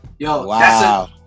Wow